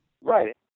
Right